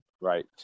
Right